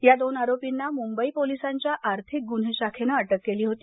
या दोन आरोपींना मुंबई पोलिसांच्या आर्थिक गुन्हे शाखेनं अटक केली होती